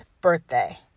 birthday